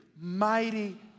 Mighty